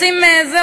רוצים זה,